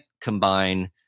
combine